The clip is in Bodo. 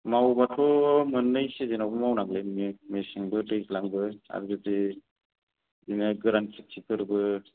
मावब्लाथ' मोननै सिजोनावबो मावनांगोनलै नोङो मेसेंबो दैज्लांबो आरो जुदि बिदिनो गोरान खिथिफोरबो